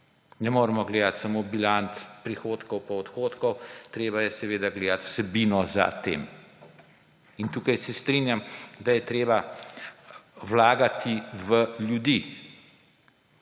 Ne moremo gledati samo bilanc prihodkov in odhodkov, treba je gledati vsebino za tem. Tukaj se strinjam, da je treba vlagati v ljudi.